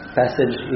passage